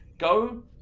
Go